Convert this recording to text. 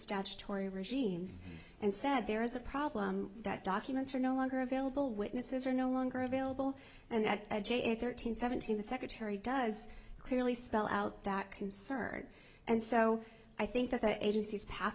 statutory regimes and said there is a problem that documents are no longer available witnesses are no longer available and that thirteen seventeen the secretary does clearly spell out that concern and so i think that the agency's pa